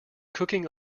cooking